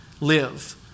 live